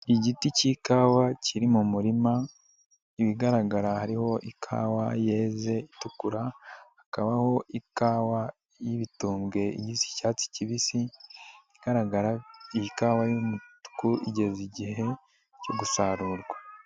Igiti k'ikawa kiri mu murima ibigaragara hariho ikawa yeze itukura, hakabaho ikawa y'ibitumbwe igisa icyatsi kibisi igaragara, iyi kawa y'umutuku igeze igihe cyo gusarurwa.